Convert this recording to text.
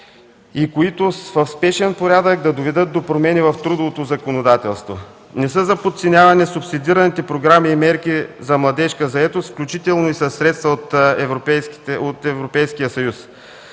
и които в спешен порядък да доведат до промени в трудовото законодателство. Не са за подценяване субсидираните програми и мерки за младежка заетост, включително и със средства от Европейския съюз,